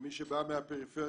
כמי שבא מהפריפריה,